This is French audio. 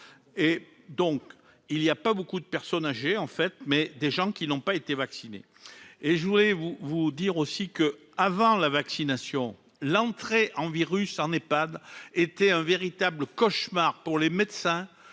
et donc il y a pas beaucoup de personnes âgées en fait mais des gens qui n'ont pas été vaccinés et je voudrais vous dire aussi que, avant la vaccination, l'entrée en virus Nepad était un véritable cauchemar pour les médecins,